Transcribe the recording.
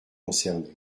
concernés